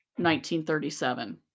1937